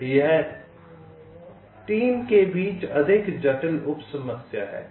यह 3 के बीच अधिक जटिल उप समस्या है